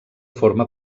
forma